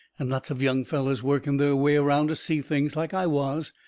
and lots of young fellers working their way around to see things, like i was,